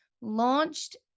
launched